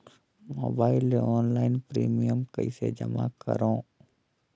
Mobile ले online premium कइसे जमा करों?